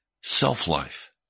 Self-life